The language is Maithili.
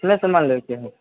इतने सामान लयके है